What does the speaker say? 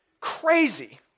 crazy